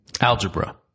Algebra